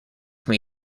can